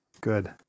good